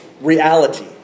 reality